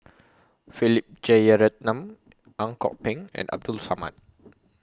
Philip Jeyaretnam Ang Kok Peng and Abdul Samad